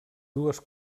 dues